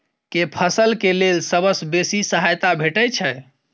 केँ फसल केँ लेल सबसँ बेसी सहायता भेटय छै?